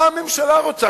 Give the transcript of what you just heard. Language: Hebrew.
מה הממשלה רוצה?